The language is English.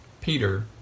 Peter